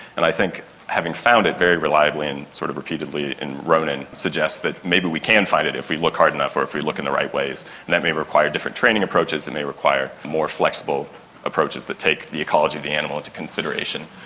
and i think having found it very reliably and sort of repeatedly in ronan suggests that maybe we can find it if we look hard enough or if we look in the right ways, and that may require different training approaches, it may require more flexible approaches that take the ecology of the animal into consideration.